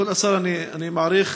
כבוד השר, אני מעריך